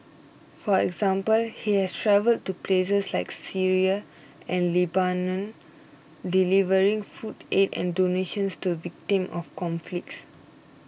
for example he has travelled to places like Syria and Lebanon delivering food aid and donations to victims of conflicts